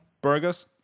burgers